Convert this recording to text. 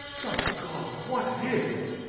just god, what an end!